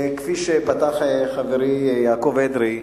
כפי שפתח חברי יעקב אדרי,